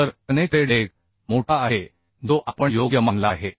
तर connected leg मोठा आहे जो आपण योग्य मानला आहे